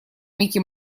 микки